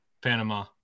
Panama